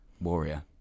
warrior